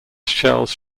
shells